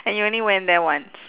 and you only went there once